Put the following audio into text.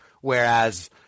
whereas